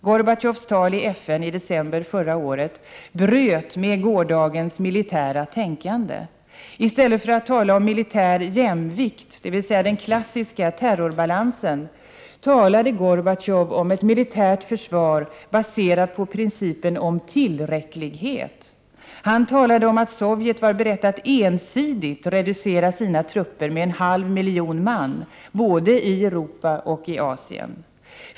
Gorbatjovs tal i FN i december förra året bröt med gårdagens militära tänkande. I stället för att tala om militär jämvikt, dvs. den klassiska terrorbalansen, talade Gorbatjov om ett militärt försvar baserat på principen om tillräcklighet. Han talade om att Sovjet var beredd att ensidigt reducera sina trupper med en halv miljon man, både i Europa och i Asien.